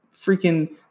freaking